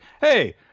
hey